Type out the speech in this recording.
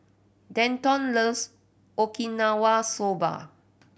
Denton loves Okinawa Soba